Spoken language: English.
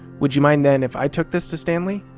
would you mind, then, if i took this to stanley?